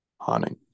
hunting